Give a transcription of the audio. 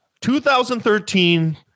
2013